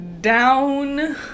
down